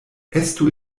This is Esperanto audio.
estu